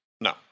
no